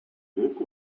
you